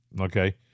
okay